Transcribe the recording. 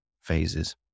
phases